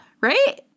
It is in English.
right